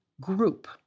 group